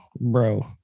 bro